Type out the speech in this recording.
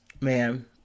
Man